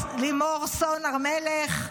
ולימור סון הר מלך.